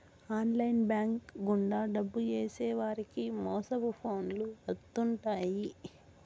online bank గుండా డబ్బు ఏసేవారికి మోసపు ఫోన్లు వత్తుంటాయి